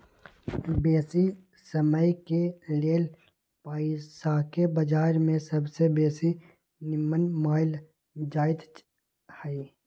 बेशी समयके लेल पइसाके बजार में सबसे बेशी निम्मन मानल जाइत हइ